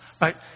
right